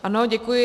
Ano, děkuji.